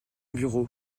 bureau